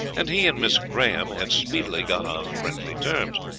and he and miss graham had speedily got on friendly terms.